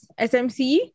SMC